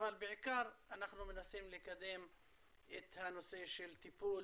אבל בעיקר אנחנו מנסים לקדם את הנושא של טיפול